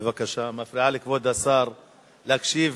בבקשה, את מפריעה לכבוד השר להקשיב